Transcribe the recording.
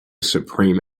supreme